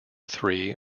three